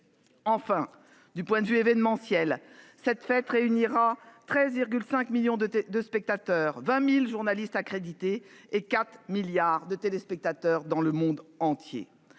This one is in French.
Enfin, d'un point de vue événementiel, cette fête réunira 13,5 millions de spectateurs, 20 000 journalistes accrédités et quatre milliards de téléspectateurs dans le monde entier.